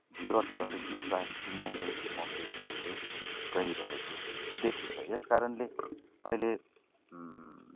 भ्युयर्सबाट विश्वास गुमाउँदै गुमाउँदै गुमाउँदै गइरहेको देखिन्छ यस कारणले अहिले